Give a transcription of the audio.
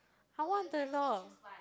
I want the dog